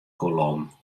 kolom